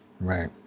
Right